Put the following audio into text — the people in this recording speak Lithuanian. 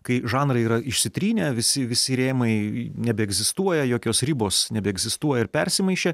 kai žanrai yra išsitrynę visi visi rėmai nebeegzistuoja jokios ribos nebeegzistuoja ir persimaišė